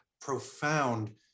profound